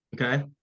Okay